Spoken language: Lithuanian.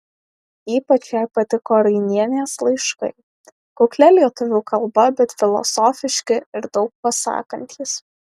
ypač jai patiko rainienės laiškai kuklia lietuvių kalba bet filosofiški ir daug pasakantys